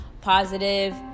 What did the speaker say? positive